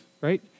right